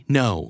no